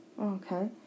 Okay